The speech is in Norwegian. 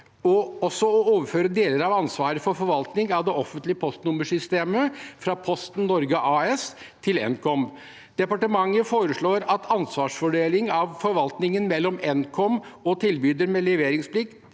også å overføre deler av ansvaret for forvaltning av det offentlige postnummersystemet fra Posten Norge AS til Nkom. Departementet foreslår en ansvarsfordeling av forvaltningen mellom Nkom og tilbyder med leveringsplikt,